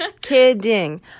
Kidding